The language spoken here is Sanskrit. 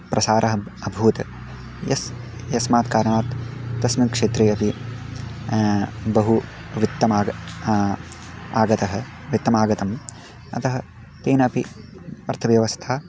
प्रसारः अभूत् यस् यस्मात् कारणात् तस्मिन् क्षेत्रे अपि बहु वित्तमागतम् आगतः वित्तमागतम् अतः तेनापि अर्थव्यवस्था